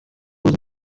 uzi